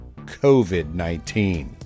COVID-19